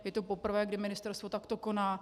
Je to poprvé, kdy ministerstvo takto koná.